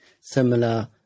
similar